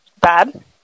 bad